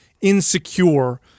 insecure